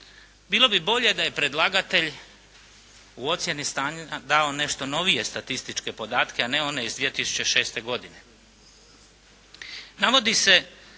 bilo bi bolje da je predlagatelj u ocjeni stanja dao nešto novije statističke podatke, a ne one iz 2006. godine.